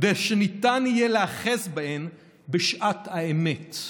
כדי שניתן יהיה להיאחז בהן בשעת האמת,